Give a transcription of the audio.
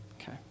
Okay